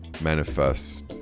manifest